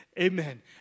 amen